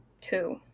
two